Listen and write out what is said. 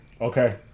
Okay